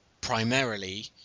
primarily